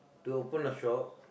to open a shop